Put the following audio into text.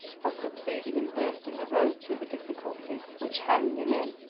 has succeeded in bursting a road through the difficulties which hemmed him in,